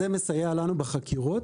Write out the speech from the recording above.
וזה מסייע לנו בחקירות.